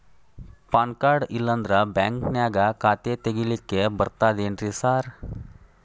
PAN card ಇಲ್ಲಂದ್ರ ಬ್ಯಾಂಕಿನ್ಯಾಗ ಖಾತೆ ತೆಗೆಲಿಕ್ಕಿ ಬರ್ತಾದೇನ್ರಿ ಸಾರ್?